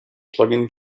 plug